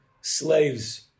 slaves